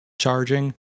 charging